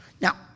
Now